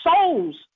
souls